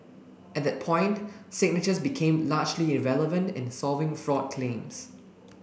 at that point signatures became largely irrelevant in solving fraud claims